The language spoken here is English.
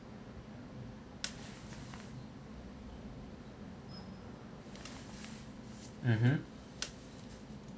mmhmm